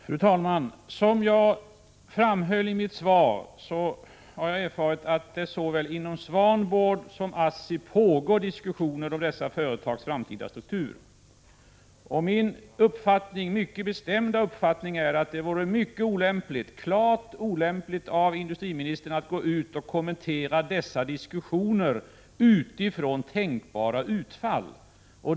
Fru talman! Som jag framhöll i mitt svar har jag erfarit att det såväl inom Swanboard som inom ASSI pågår diskussioner om dessa företags framtida struktur. Min mycket bestämda uppfattning är att det vore klart olämpligt av industriministern att gå ut och kommentera dessa diskussioner utifrån tänkbara utfall.